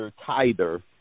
tither